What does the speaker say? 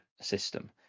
system